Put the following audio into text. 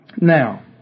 Now